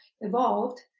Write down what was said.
evolved